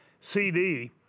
CD